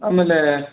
ಆಮೇಲೆ